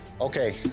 Okay